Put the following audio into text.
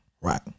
Right